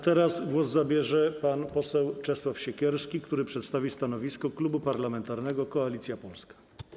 Teraz głos zabierze pan poseł Czesław Siekierski, który przedstawi stanowisko Klubu Parlamentarnego Koalicja Polska.